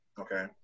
Okay